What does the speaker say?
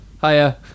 Hiya